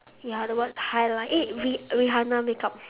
ya the what highlight eh ri~ rihanna makeup